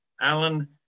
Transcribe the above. Alan